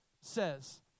says